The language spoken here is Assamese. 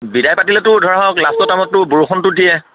বিদায় পাতিলেতো ধৰা হওক লাষ্টৰ টাইমত বৰষুণটো দিয়ে